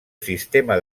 sistema